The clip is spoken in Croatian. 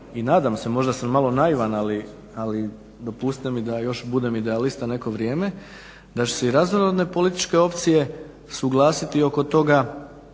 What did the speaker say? i nadam se, možda sam malo naivan, ali dopustite mi da još budem idealista neko vrijeme, da će se i raznorodne političke opcije suglasiti oko toga